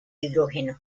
hidrógeno